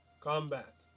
combat